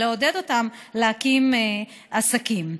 לעודד אותן להקים עסקים.